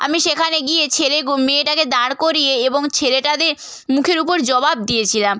আমি সেখানে গিয়ে ছেলে মেয়েটাকে দাঁড় করিয়ে এবং ছেলেটাদের মুখের উপর জবাব দিয়েছিলাম